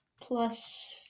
Plus